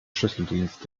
schlüsseldienst